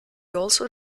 also